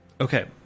Okay